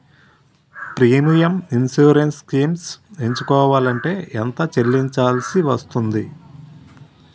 Premium insurance schemes ఎంచుకోవలంటే ఎంత చల్లించాల్సివస్తుంది??